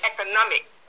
economic